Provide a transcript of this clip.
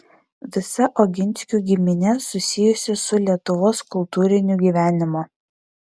visa oginskių giminė susijusi su lietuvos kultūriniu gyvenimu